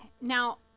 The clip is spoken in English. now